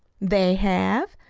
they have.